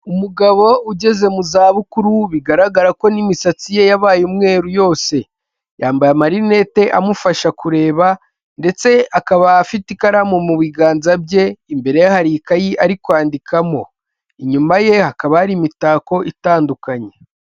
Umugabo ugeze mu za bukuru bigaragara ko n'imisatsi ye yabaye umweru yose, yambaye amarinete amufasha kureba, ndetse akaba afite ikaramu mu biganza bye, imbere ya hari ikayi ari kwandikamo, inyuma ye hakaba hari imitako itandukanye.